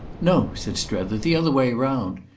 no, said strether, the other way round.